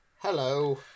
Hello